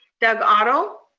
doug otto?